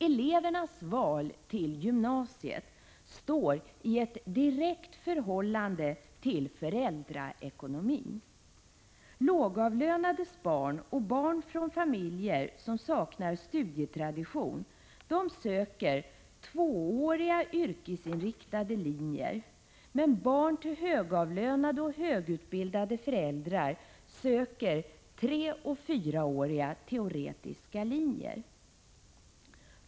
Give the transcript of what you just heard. Elevernas val till gymnasiet står i ett direkt förhållande till föräldraekonomin. Lågavlönades barn och barn från familjer som saknar studietradition söker sig till tvååriga yrkesinriktade linjer, men barn till högavlönade och högutbildade föräldrar söker sig till trecoh fyraåriga teoretiska linjer.